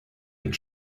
mit